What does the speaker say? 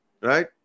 right